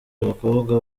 abakobwa